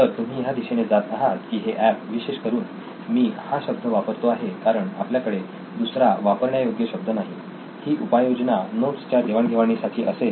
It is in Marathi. तर तुम्ही ह्या दिशेने जात आहात की हे एप विशेष करून मी हा शब्द वापरतो आहे कारण आपल्याकडे दुसरा वापरण्यायोग्य शब्द नाही ही उपाययोजना नोट्सच्या देवाणघेवाणीसाठी असेल